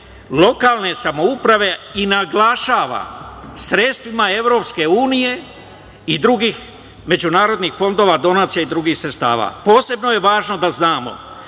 lokalne samouprave i, naglašavam, sredstvima Evropske unije i drugih međunarodnih fondova, donacija i drugih sredstava. Posebno je važno da znamo